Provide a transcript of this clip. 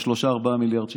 ב-3 4 מיליארד שקל.